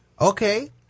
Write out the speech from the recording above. Okay